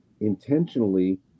intentionally